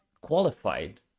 qualified